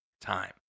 time